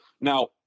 Now